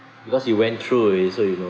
because you went through already so you know